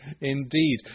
indeed